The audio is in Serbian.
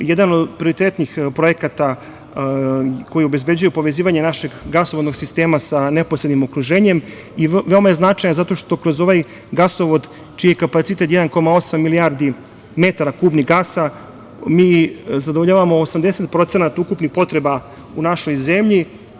Jedan od prioritetnih projekata koji obezbeđuje povezivanje našeg gasovodnog sistema sa neposrednim okruženjem i veoma je značajan zato što kroz ovaj gasovod čiji je kapacitet 1,8 milijardi metara kubnih gasa, mi zadovoljavamo 80% ukupnih potreba u našoj zemlji.